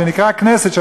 שנקרא כנסת,